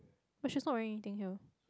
no she is not wearing anything heel